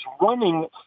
running